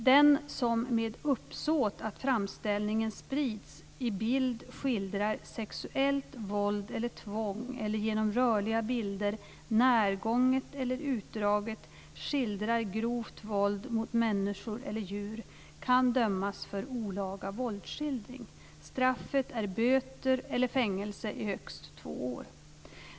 Den som, med uppsåt att framställningen sprids, i bild skildrar sexuellt våld eller tvång eller genom rörliga bilder närgånget eller utdraget skildrar grovt våld mot människor eller djur kan dömas för olaga våldsskildring. Straffet är porrindustriböter böter eller fängelse i högst två år.